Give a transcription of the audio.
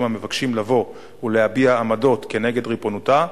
המבקשים לבוא ולהביע עמדות כנגד ריבונותה,